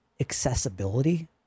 accessibility